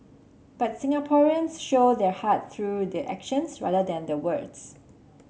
but Singaporeans show their heart through their actions rather than their words